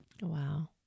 Wow